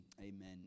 amen